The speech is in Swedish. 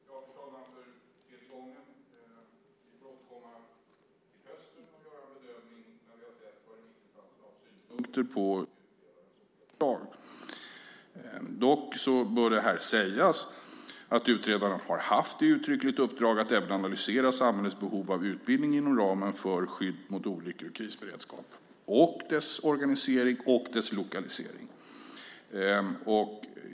Fru talman! För tredje gången: Vi får återkomma i höst och göra en bedömning när vi har sett vad remissinstanserna har för synpunkter på utredarens förslag. Dock bör det sägas att utredaren har haft ett uttryckligt uppdrag att analysera samhällets behov av utbildning inom ramen för skydd mot olyckor och krisberedskap och dess organisering och lokalisering.